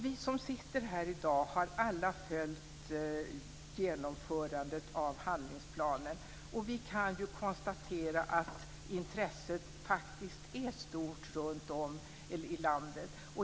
Vi som sitter här i dag har alla följt genomförandet av handlingsplanen. Vi kan konstatera att intresset faktiskt är stort runtom i landet.